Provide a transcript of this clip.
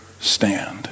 stand